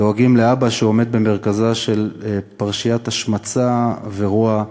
דואגים לאבא שעומד במרכזה של פרשיית השמצה ורוע,